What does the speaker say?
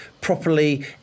properly